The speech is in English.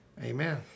Amen